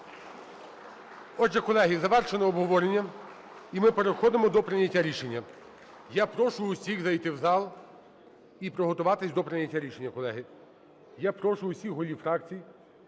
Отже, колеги, завершили обговорення. І ми переходимо до прийняття рішення. Я прошу всіх зайти в зал і приготуватись до прийняття рішення, колеги. Я прошу всіх голів фракцій